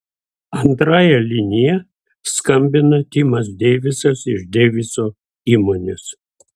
antrąja linija skambina timas deivisas iš deiviso įmonės